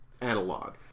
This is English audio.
analog